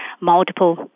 multiple